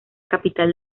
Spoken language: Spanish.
capital